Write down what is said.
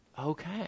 Okay